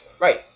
right